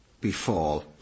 befall